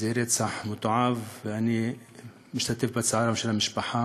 זה רצח מתועב, ואני משתתף בצערה של המשפחה